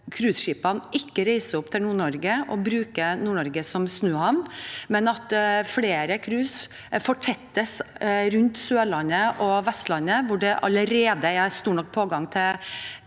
at cruiseskipene ikke reiser opp til Nord-Norge og bruker Nord-Norge som snuhavn, men at flere cruise fortettes rundt Sørlandet og Vestlandet, hvor det allerede er stor pågang på